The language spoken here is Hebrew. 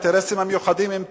האינטרסים המיוחדים עם טורקיה.